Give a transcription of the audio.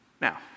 Now